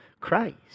Christ